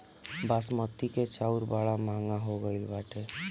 बासमती के चाऊर बड़ा महंग हो गईल बाटे